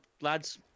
lads